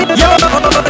yo